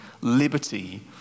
liberty